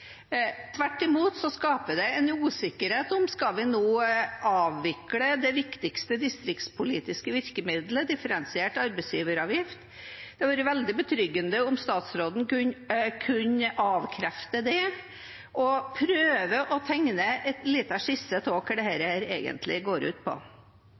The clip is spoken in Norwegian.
Tvert imot skaper det en usikkerhet: Skal vi nå avvikle det viktigste distriktspolitiske virkemiddelet – differensiert arbeidsgiveravgift? Det hadde vært veldig betryggende om statsråden kunne avkrefte det, og prøve å tegne en liten skisse av hva dette egentlig går ut på.